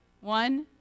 one